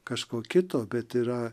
kažko kito bet yra